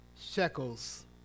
shekels